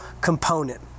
component